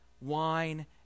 wine